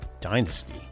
Dynasty